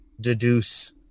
deduce